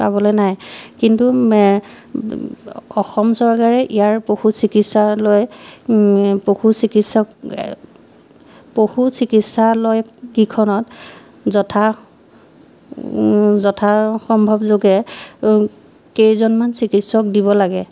পাবলে নাই কিন্তু অসম চৰকাৰে ইয়াৰ পশু চিকিৎসালয় পশু চিকিৎসক পশু চিকিৎসালয়কেইখনত যথা যথাসম্ভৱযোগে কেইজনমান চিকিৎসক দিব লাগে